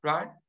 Right